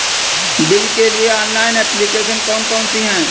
Bill के लिए online application कौन कौन सी हैं?